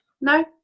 no